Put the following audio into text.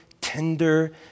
tender